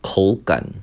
口感